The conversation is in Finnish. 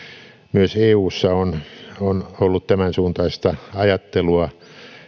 myös eussa on on ollut tämänsuuntaista ajattelua